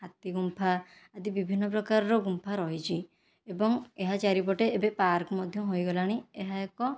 ହାତୀ ଗୁମ୍ଫା ଆଦି ବିଭିନ୍ନ ପ୍ରକାରର ଗୁମ୍ଫା ରହିଛି ଏବଂ ଏହା ଚାରିପଟେ ଏବେ ପାର୍କ ମଧ୍ୟ ହୋଇଗଲାଣି ଏହା ଏକ